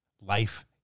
life